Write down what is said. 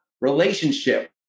relationship